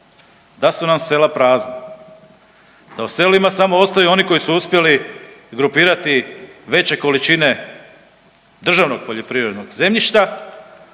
da su nam sela prazna, da u selima samo ostaju oni koji su uspjeli grupirati veće količine državnog poljoprivrednog zemljišta